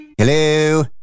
Hello